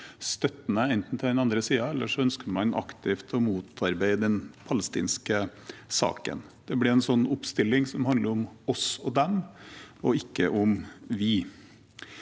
støttende til den andre siden, eller man ønsker aktivt å motarbeide den palestinske saken. Det blir en oppstilling som handler om oss og dem – og ikke om vi.